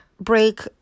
break